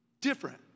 different